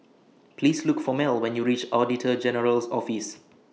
Please Look For Mel when YOU REACH Auditor General's Office